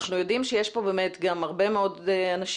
אנחנו יודעים שיש פה באמת גם הרבה מאוד אנשים